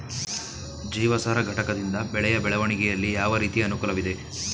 ಜೀವಸಾರ ಘಟಕದಿಂದ ಬೆಳೆಯ ಬೆಳವಣಿಗೆಯಲ್ಲಿ ಯಾವ ರೀತಿಯ ಅನುಕೂಲವಿದೆ?